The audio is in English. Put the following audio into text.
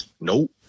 Nope